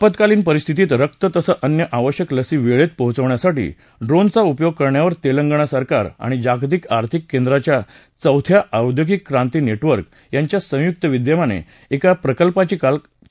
आपत्कालीन परिस्थितीत रक्त तसंच अन्य आवश्यक लसी वेळेत पोचवण्यासाठी ड्रोनचा उपयोग करण्यावर तेलंगणा सरकार आणि जागतिक आर्थिक केंद्राच्या चौथ्या औद्योगिक क्रांती नेटवर्क यांच्या संयुक्त विद्यमाने एका प्रकल्पाची घोषणा काल तेंलगणात करण्यात आली